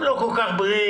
הם לא כל כך בריאים,